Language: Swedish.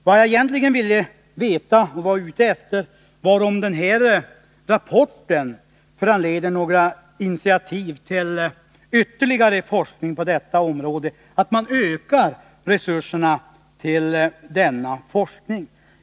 Vad jag egentligen ville veta var om denna rapport föranleder några initiativ till ytterligare forskning på detta område och om man avser att öka resurserna till denna forskning.